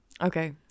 Okay